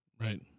Right